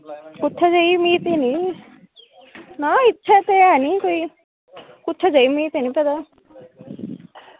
कुत्थें जेही में ते निं हैन ना इत्थें ते ऐनी कोई कुत्थें जेह् मिगी ते ऐनी पता